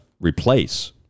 replace